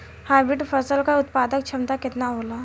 Hybrid फसल क उत्पादन क्षमता केतना होला?